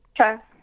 Okay